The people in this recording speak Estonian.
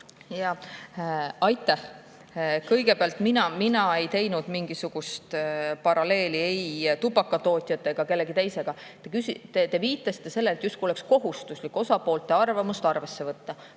Aitäh! Kõigepealt, mina ei [tõmmanud] mingisugust paralleeli ei tubakatootjate ega kellegi teisega. Te viitasite sellele, justkui oleks kohustuslik osapoolte arvamust arvesse võtta.